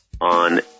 on